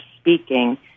speaking